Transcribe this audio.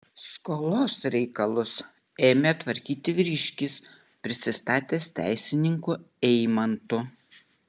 skolos reikalus ėmė tvarkyti vyriškis prisistatęs teisininku eimantu